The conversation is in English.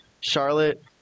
Charlotte